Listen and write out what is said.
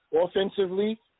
offensively